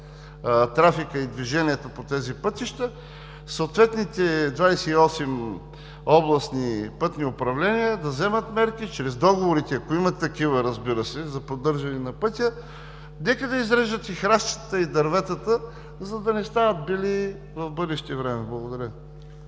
трафика и движението по тези пътища, съответните двадесет и осем областни пътни управления да вземат мерки чрез договорите, ако имат такива, разбира се, за поддържане на пътя. Нека да изрежат храстите и дърветата, за да не стават бели в бъдеще. Благодаря.